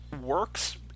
works